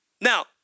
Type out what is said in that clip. Now